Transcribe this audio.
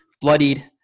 bloodied